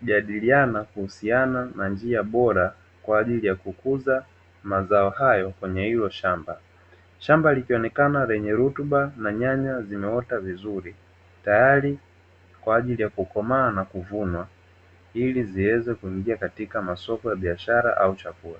kujadiliana kuhusiana na njia bora kwa ajili ya kukuza mazao hayo kwenye hilo shamba. Shamba likionekana lenye rutuba na nyanya zimeota vizur,i tayari kwa ajili ya kukomaa na kuvunwa, ili ziweze kuingia katika masoko ya biashara au chakula.